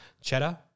Cheddar